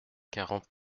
quarante